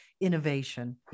innovation